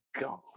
God